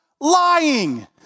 lying